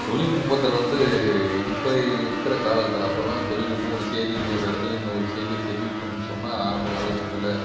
தொழில்நுட்பத்தில் வந்து இப்போ இருக்கிற காலகட்டத்தில் அப்போல்லாம் தொழில்நுட்பம் ஒரு செய்தியை இன்னொரு இடத்துல இன்னொரு செய்தியை தெரிவிக்கணும்னு சொன்னால் ஆரம்ப காலக்கட்டத்தில்